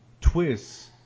twists